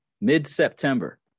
mid-september